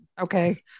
Okay